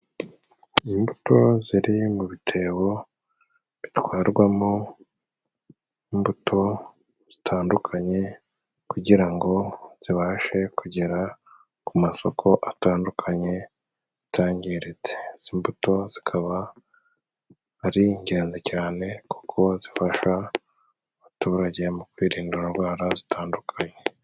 Imbuto ziri mu bitebo bitwarwamo imbuto zitandukanye, kugira ngo zibashe kugera ku masoko atandukanye zitangiritse. Izi mbuto zikaba ari ingenzi cyane, kuko zifasha abaturage mu kwirinda indwara zitandukanye.